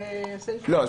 זה סעיף --- לא.